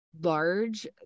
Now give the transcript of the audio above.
large